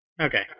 Okay